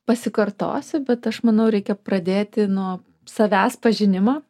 pasikartosiu bet aš manau reikia pradėti nuo savęs pažinimo